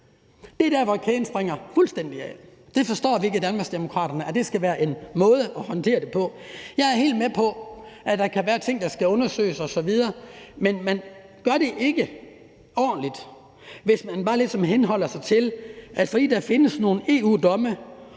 Det er der, hvor kæden springer fuldstændig af. Vi forstår i Danmarksdemokraterne ikke, at det skal være en måde at håndtere det på. Jeg er helt med på, at der kan være ting, der skal undersøges osv., men man gør det ikke ordentligt, hvis man bare ligesom henholder sig til, at fordi der findes nogle EU-domme